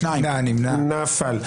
הצבעה לא אושרה נפל.